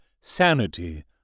sanity